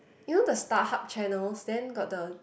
you know the Starhub channel then got the